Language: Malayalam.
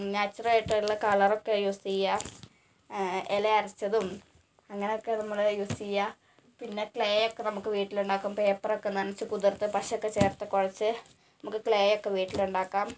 നാച്ചറലായിട്ടുള്ള കളറൊക്കെ യൂസ് ചെയ്യുക ഇല അരച്ചതും അങ്ങനെ ഒക്കെ നമ്മൾ യൂസ് ചെയ്യുക പിന്നെ ക്ലേ ഒക്കെ നമുക്ക് വീട്ടിലുണ്ടാക്കും പേപ്പറൊക്കെ നനച്ച് കുതിർത്ത് പശയൊക്കെ ചേർത്ത് കുഴച്ച് നമുക്ക് ക്ലേയൊക്കെ വീട്ടിലുണ്ടാക്കാം